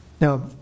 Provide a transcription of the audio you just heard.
Now